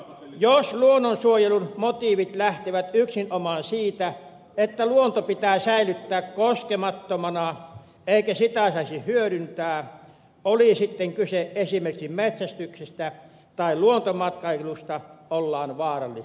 jos luonnonsuojelun motiivit lähtevät yksinomaan siitä että luonto pitää säilyttää koskemattomana eikä sitä saisi hyödyntää oli sitten kyse esimerkiksi metsästyksestä tai luontomatkailusta ollaan vaarallisella tiellä